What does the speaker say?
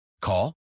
Call